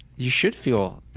you should feel